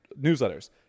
newsletters